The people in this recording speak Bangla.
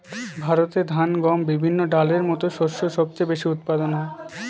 ভারতে ধান, গম, বিভিন্ন ডালের মত শস্য সবচেয়ে বেশি উৎপাদন হয়